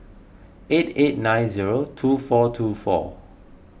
eight eight nine zero two four two four